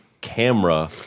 camera